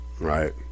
right